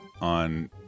on